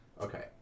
Okay